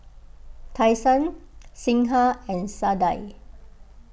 Tai Sun Singha and Sadia